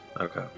Okay